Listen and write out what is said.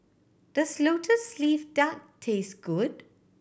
does Lotus Leaf Duck taste good